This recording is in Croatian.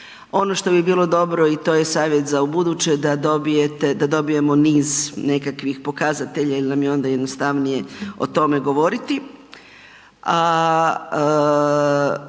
Ono što bi bilo dobro i to je savjet za ubuduće, da dobijemo niz nekakvih pokazatelja jer nam je onda jednostavnije o tome govoriti